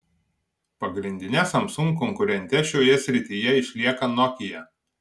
pagrindine samsung konkurente šioje srityje išlieka nokia